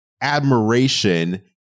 admiration